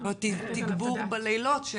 תגבור בלילות.